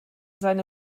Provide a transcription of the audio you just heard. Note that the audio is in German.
seine